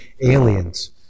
aliens